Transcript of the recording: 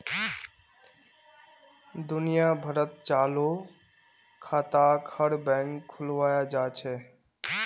दुनिया भरत चालू खाताक हर बैंकत खुलवाया जा छे